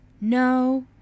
No